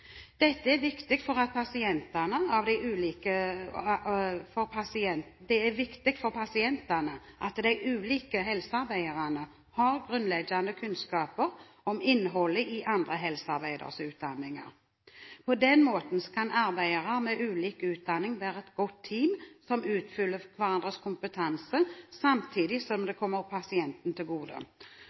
Det er viktig for pasientene at de ulike helsearbeiderne har grunnleggende kunnskaper om innholdet i andre helsearbeideres utdanninger. På den måten kan arbeidere med ulik utdanning være et godt team som utfyller hverandres kompetanse, samtidig som det kommer pasienten til gode.